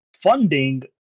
funding